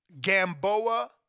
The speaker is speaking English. Gamboa